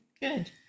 good